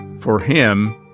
for him,